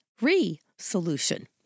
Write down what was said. re-solution